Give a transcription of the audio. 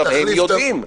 הם יודעים.